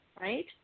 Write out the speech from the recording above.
right